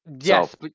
Yes